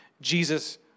Jesus